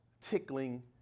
tickling